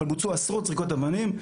אבל בוצעו עשרות זריקות אבנים,